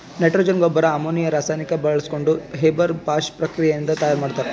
nitrogen ಗೊಬ್ಬರ್ ammonia ರಾಸಾಯನಿಕ್ ಬಾಳ್ಸ್ಕೊಂಡ್ ಹೇಬರ್ ಬಾಷ್ ಪ್ರಕ್ರಿಯೆ ನಿಂದ್ ತಯಾರ್ ಮಾಡ್ತರ್